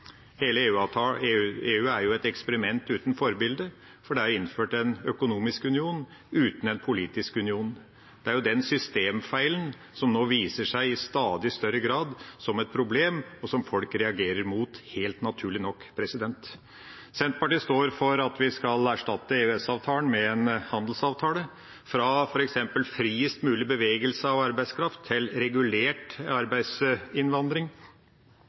hele EU er jo et eksperiment uten forbilde – fordi det er innført en økonomisk union uten en politisk union, er det den systemfeilen som nå i stadig større grad viser seg som et problem, og som folk reagerer mot, helt naturlig nok. Senterpartiet står for at vi skal erstatte EØS-avtalen med en handelsavtale – fra f.eks. å ha friest mulig bevegelse av arbeidskraft til regulert arbeidsinnvandring,